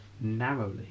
narrowly